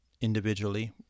individually